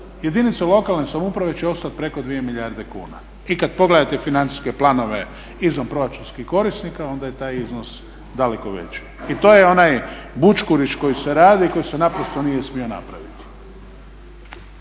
jedinici lokalne samouprave će ostati preko 2 milijarde kuna. I kada pogledate financijske planove izvanproračunskih korisnika onda je taj iznos daleko veći. I to je onaj bućkuriš koji se radi koji se naprosto nije smio napraviti.